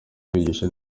kwigisha